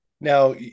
Now